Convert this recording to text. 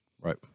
Right